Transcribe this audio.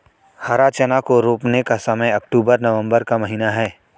हरा चना को रोपने का समय अक्टूबर नवंबर का महीना है